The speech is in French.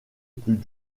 plus